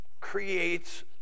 creates